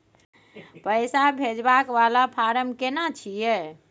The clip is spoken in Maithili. पैसा भेजबाक वाला फारम केना छिए?